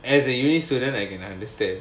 as a university student I can understand